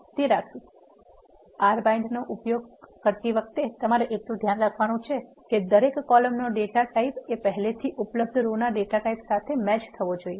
R bind કમાન્ડનો ઉપયોગ કરતી વખતે તમારે એટલુ ધ્યાન રાખવાનુ છે કે દરેક કોલમ નો ડેટા ટાઇપ એ પહેલેથી ઉપલબ્ધ રો ના ડેટા ટાઇપ સમાન હોવો જોઇએ